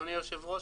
אדוני היושב-ראש,